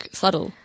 subtle